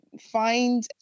find